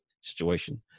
situation